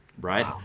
right